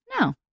No